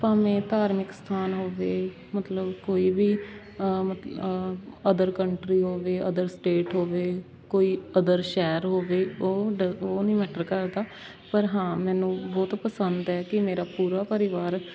ਭਾਵੇਂ ਧਾਰਮਿਕ ਅਸਥਾਨ ਹੋਵੇ ਮਤਲਬ ਕੋਈ ਵੀ ਮਤ ਅਦਰ ਕੰਟਰੀ ਹੋਵੇ ਅਦਰ ਸਟੇਟ ਹੋਵੇ ਕੋਈ ਅਦਰ ਸ਼ਹਿਰ ਹੋਵੇ ਉਹ ਡ ਉਹ ਨਹੀਂ ਮੈਟਰ ਕਰਦਾ ਪਰ ਹਾਂ ਮੈਨੂੰ ਬਹੁਤ ਪਸੰਦ ਹੈ ਕਿ ਮੇਰਾ ਪੂਰਾ ਪਰਿਵਾਰ